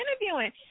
interviewing